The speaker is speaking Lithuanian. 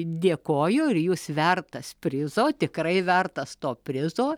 dėkoju ir jūs vertas prizo tikrai vertas to prizo